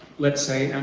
let's say,